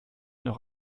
noch